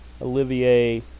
Olivier